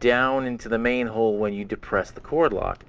down into the main hole when you depress the cord lock.